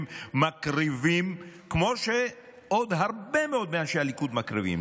שמקריבים כמו שעוד הרבה מאוד מאנשי הליכוד מקריבים,